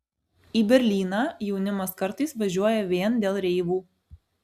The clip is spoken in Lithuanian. į berlyną jaunimas kartais važiuoja vien dėl reivų